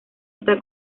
está